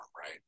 right